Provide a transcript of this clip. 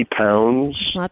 pounds